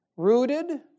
rooted